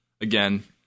again